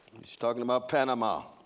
he's talking about panama,